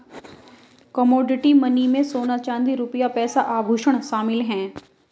commodity money में सोना चांदी रुपया पैसा आभुषण शामिल है